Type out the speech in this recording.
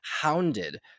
hounded